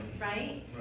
Right